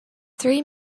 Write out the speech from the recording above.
three